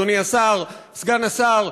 אדוני סגן השר,